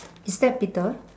is that Peter